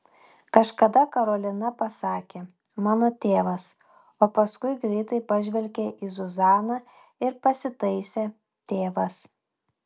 kažkada karolina pasakė mano tėvas o paskui greitai pažvelgė į zuzaną ir pasitaisė tėvas